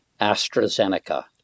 AstraZeneca